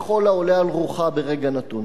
ככל העולה על רוחה ברגע נתון.